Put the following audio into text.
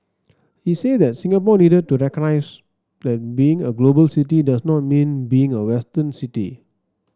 he said that Singapore needed to recognize that being a global city does not mean being a Western city